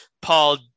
Paul